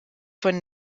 von